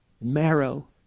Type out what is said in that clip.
marrow